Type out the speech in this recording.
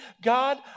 God